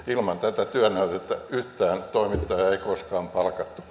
ilman tätä työnäytettä yhtään toimittajaa ei koskaan palkattu